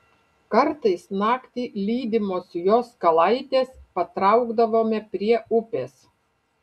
kartais naktį lydimos jos kalaitės patraukdavome prie upės